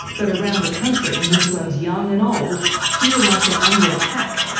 but around the country, muslims young and old feel like they're under attack,